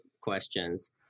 questions